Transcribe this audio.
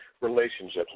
relationships